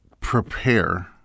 prepare